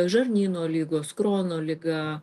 žarnyno ligos krono liga